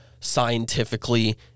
scientifically